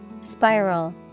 Spiral